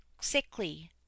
sickly